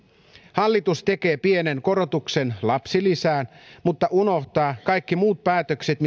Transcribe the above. hallitus tekee pienen korotuksen lapsilisään mutta unohtaa kaikki muut päätökset